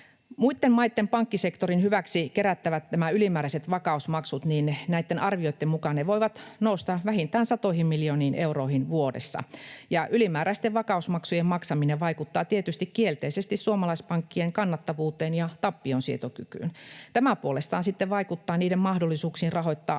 Muitten maitten pankkisektorin hyväksi kerättävät ylimääräiset vakausmaksut näitten arvioiden mukaan voivat nousta vähintään satoihin miljooniin euroihin vuodessa, ja ylimääräisten vakausmaksujen maksaminen vaikuttaa tietysti kielteisesti suomalaispankkien kannattavuuteen ja tappionsietokykyyn. Tämä puolestaan sitten vaikuttaa niiden mahdollisuuksiin rahoittaa asiakkaita